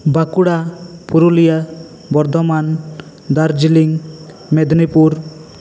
Bankura Purulia Bardhaman Darjeeling Medinipur